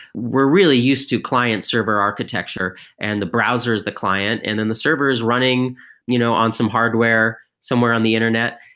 we're really use to client server architecture and the browser is the client and and the server is running you know on some hardware somewhere on the internet,